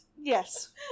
Yes